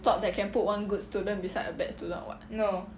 thought that can put one good student beside a bad student or what